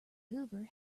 hoover